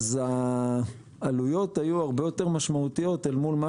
אז העלויות היו הרבה יותר משמעותיות אל מול מה